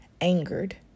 angered